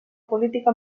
política